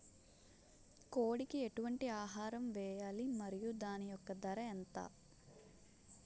కోడి కి ఎటువంటి ఆహారం వేయాలి? మరియు దాని యెక్క ధర ఎంత?